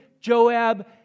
Joab